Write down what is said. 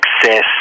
success